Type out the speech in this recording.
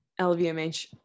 LVMH